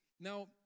Now